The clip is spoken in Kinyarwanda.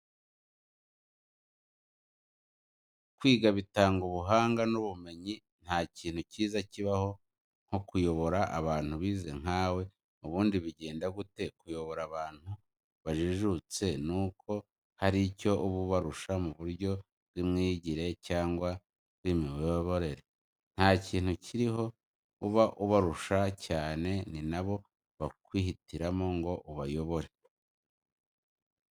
Kwiga bitanga ubuhanga n'ubumenyi ntakintu kiza kibaho nkokuyobora abantu bize nkawe ubundi bigenda gute kuyobora abantu bajijutse nuko hari icyo uba ubarusha muburyo bwimyigire cyangwa mweimiyoborere ntakindi kiraho uba ubarusha cyane ninabo bakwihitiramo ngo ubayobore.